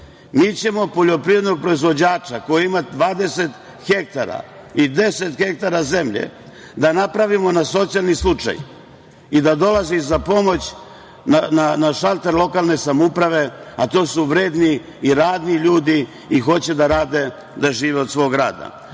mi ćemo poljoprivrednog proizvođača koji ima 20 ha i 10 ha zemlje da napravimo na socijalni slučaj i da dolazi za pomoć na šalter lokalne samouprave, a to su vredni i radni ljudi i hoće da rade, da žive od svog rada. Šta